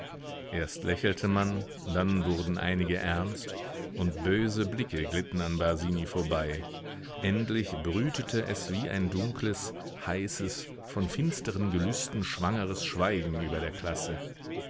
erst lächelte man dann wurden einige ernst und böse blicke glitten an basini vorbei endlich brütete es wie ein dunkles heißes von finsteren gelüsten schwangeres schweigen über der klasse